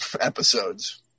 episodes